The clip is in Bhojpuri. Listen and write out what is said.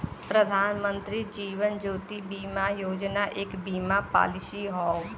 प्रधानमंत्री जीवन ज्योति बीमा योजना एक बीमा पॉलिसी हौ